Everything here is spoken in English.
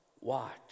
watch